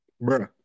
Bro